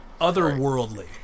otherworldly